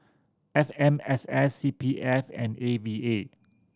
F M S S C P F and A V A